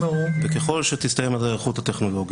וככל שתסתיים ההיערכות הטכנולוגית,